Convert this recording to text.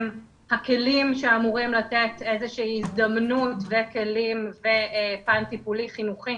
הכלים שאמורים לתת איזו שהיא הזדמנות וכלים ופן טיפולי חינוכי